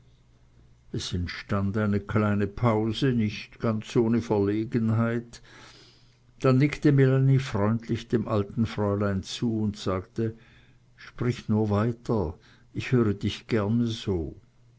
es entstand eine kleine pause nicht ganz ohne verlegenheit dann nickte melanie freundlich dem alten fräulein zu und sagte sprich nur weiter ich höre dich gerne so